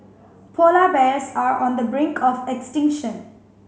polar bears are on the brink of extinction